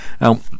now